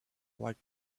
like